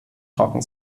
trocken